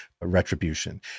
retribution